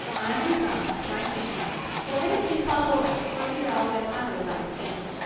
i am resigned to my fate now, so i don't think i'll go out for fear i'll get unresigned again.